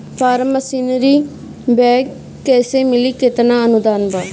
Form machinery bank कैसे मिली कितना अनुदान बा?